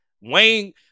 Wayne